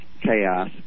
chaos